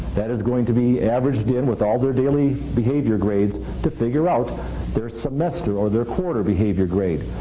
that is going to be averaged in with all their daily behavior grades to figure out their semester or their quarter behavior grades.